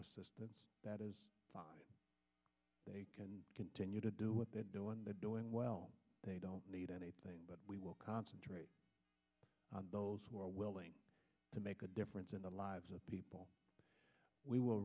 assistance that is if they can continue to do what they're doing well they don't need anything but we will concentrate on those who are willing to make a difference in the lives of people we will